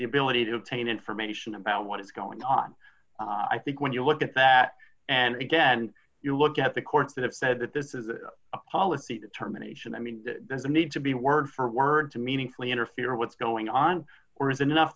the ability to obtain information about what is going on i think when you look at that and again you look at the courts that have said that this is a policy determination i mean doesn't need to be word for word to meaningfully interfere what's going on or is enough